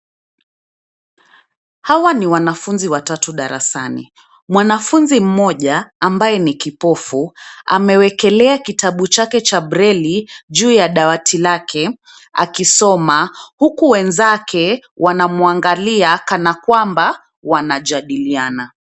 Hawa ni wanafunzi watatu darasani. Mwanafunzi mmoja ambaye ni kipofu, amewekelea kitabu chake cha breli juu ya dawati lake akisoma, huku wenzake wanamwangalia kana kwamba wanajadiliana.